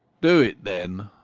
do it, then.